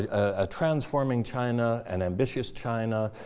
ah a transforming china, an ambitious china,